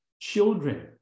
children